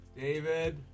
David